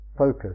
focus